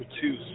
two